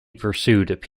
pursued